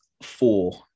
four